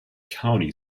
county